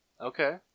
Okay